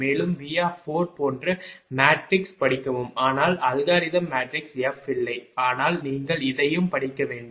மேலும் V போன்ற matrix படிக்கவும் ஆனால் அல்காரிதம் மேட்ரிக்ஸ் f இல்லை ஆனால் நீங்கள் இதையும் படிக்க வேண்டும்